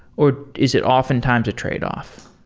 or is it oftentimes a trade off?